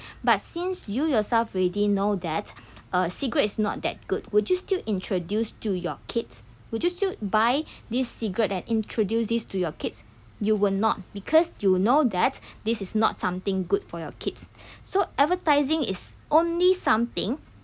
but since you yourself already know that uh cigarettes is not that good would you to introduce to your kids would just still buy these cigarettes and introduce this to your kids you will not because you know that this is not something good for your kids so advertising is only something